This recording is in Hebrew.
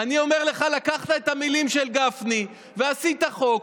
אני אומר לך, לקחת את המילים של גפני ועשית חוק.